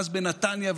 ואז בנתניה,